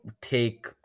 take